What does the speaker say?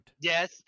Yes